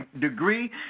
degree